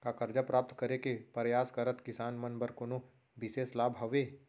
का करजा प्राप्त करे के परयास करत किसान मन बर कोनो बिशेष लाभ हवे?